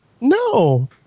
No